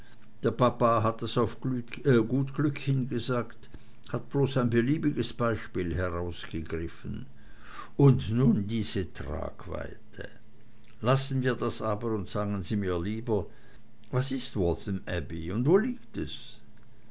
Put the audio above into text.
der papa hat das auf gut glück hin gesagt hat bloß ein beliebiges beispiel herausgegriffen und nun diese tragweite lassen wir das aber und sagen sie mir lieber was ist waltham abbey und wo liegt es